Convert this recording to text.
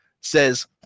says